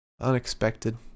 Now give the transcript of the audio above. Unexpected